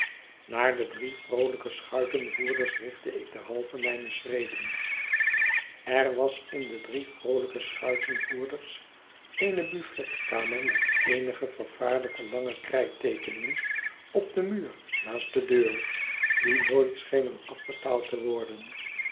naar de drie vroolijke schuitenvoerders richtte ik derhalve mijne schreden er was in de drie vroolijke schuitenvoerders eene buffetkamer met eenige vervaarlijk lange krijt rekeningen op den muur naast de deur die nooit schenen afbetaald te worden